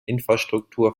infrastruktur